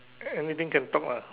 anything can talk lah